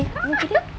tengok muka dia